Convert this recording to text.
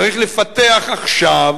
צריך לפתח עכשיו,